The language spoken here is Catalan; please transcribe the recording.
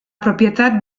propietat